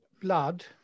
blood